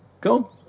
Go